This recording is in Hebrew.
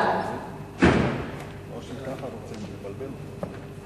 ההצעה לכלול את